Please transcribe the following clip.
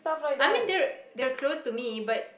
I mean they're they're close to me but